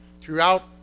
throughout